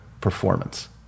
performance